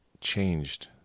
changed